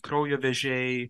kraujo vėžiai